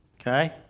Okay